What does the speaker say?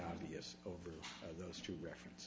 obvious over those two reference